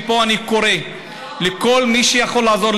מפה אני קורא לכל מי שיכול לעזור,